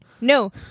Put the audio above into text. No